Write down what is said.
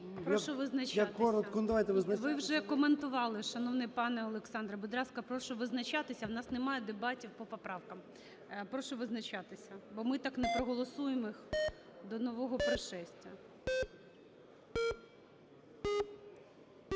ГОЛОВУЮЧИЙ. Ви вже коментували, шановний пане Олександре. Будь ласка, прошу визначатися. В нас немає дебатів по поправках. Прошу визначатися, бо ми так не проголосуємо їх до нового пришестя.